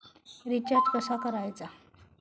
Recharge कसा करायचा?